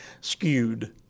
skewed